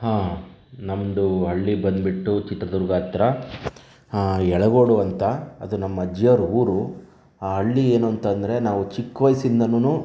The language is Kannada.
ಹಾಂ ನಮ್ಮದು ಹಳ್ಳಿ ಬಂದುಬಿಟ್ಟು ಚಿತ್ರದುರ್ಗ ಹತ್ತಿರ ಹಾಂ ಯಳಗೋಡು ಅಂತ ಅದು ನಮ್ಮ ಅಜ್ಜಿಯವರ ಊರು ಆ ಹಳ್ಳಿ ಏನೂಂತಂದ್ರೆ ನಾವು ಚಿಕ್ ವಯಸ್ಸಿಂದನೂನು